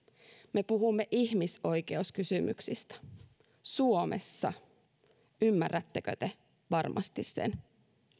me puhumme ihmisoikeuskysymyksistä suomessa ymmärrättekö te varmasti sen